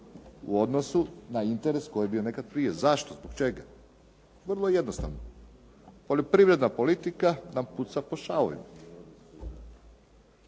u odnosu na interes koji je bio nekad prije. Zašto? Zbog čega? Vrlo jednostavno. Poljoprivredna politika nam puca po šavovima.